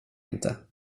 inte